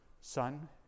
Son